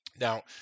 Now